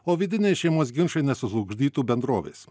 o vidiniai šeimos ginčai nesužlugdytų bendrovės